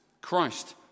Christ